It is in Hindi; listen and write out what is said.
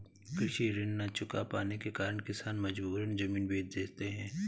कृषि ऋण न चुका पाने के कारण किसान मजबूरन जमीन बेच देते हैं